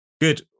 Good